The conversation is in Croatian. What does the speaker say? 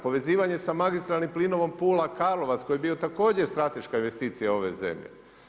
Povezivanje sa magistralnim plinovom Pula-Karlovac, koji je bio također strateška investicija ove zemlje.